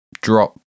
drop